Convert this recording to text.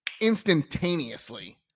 instantaneously